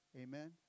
Amen